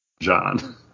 John